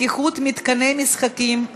ההתיישבות החקלאית (סייגים לשימוש בקרקע חקלאית ובמים)